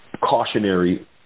cautionary